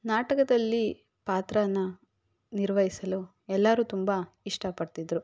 ನಾಟಕದಲ್ಲಿ ಪಾತ್ರಾನ ನಿರ್ವಹಿಸಲು ಎಲ್ಲರೂ ತುಂಬ ಇಷ್ಟಪಡ್ತಿದ್ದರು